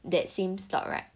that same slot [right]